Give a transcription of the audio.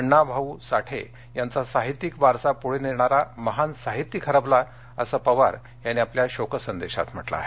अण्णा भाऊ साठे यांचा साहित्यिक वारसा पुढे नेणारा महान साहित्यिक हरपला आहे असं पवार यांनी आपल्या शोकसंदेशात म्हटलं आहे